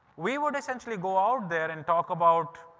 we would essentially go out there and talk about,